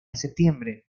septiembre